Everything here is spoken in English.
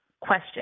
question